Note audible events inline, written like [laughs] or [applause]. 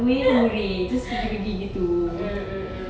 [laughs] mm mm mm